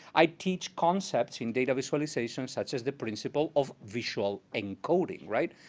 i teach concepts in data visualization, such as the principle of visual encoding, right?